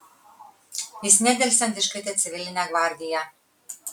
jis nedelsiant iškvietė civilinę gvardiją